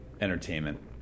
entertainment